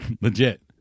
Legit